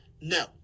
no